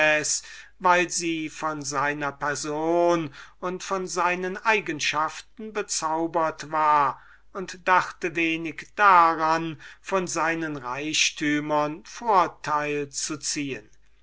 weil sie von seiner person und von seinen eigenschaften bezaubert war und dachte wenig daran von seinen reichtümern vorteil zu ziehen